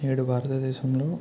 నేడు భారతదేశంలో